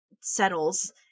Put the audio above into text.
settles